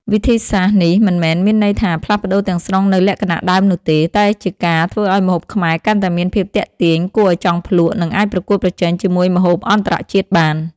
វិធីសាស្ត្រនេះមិនមែនមានន័យថាផ្លាស់ប្តូរទាំងស្រុងនូវលក្ខណៈដើមនោះទេ តែជាការធ្វើឲ្យម្ហូបខ្មែរកាន់តែមានភាពទាក់ទាញ គួរឲ្យចង់ភ្លក់ និងអាចប្រកួតប្រជែងជាមួយម្ហូបអន្តរជាតិបាន។